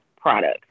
products